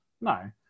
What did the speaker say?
No